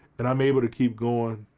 and i'm able to keep going,